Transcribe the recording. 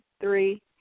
three